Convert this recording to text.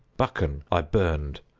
buchan i burned.